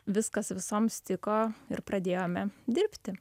viskas visoms tiko ir pradėjome dirbti